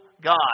God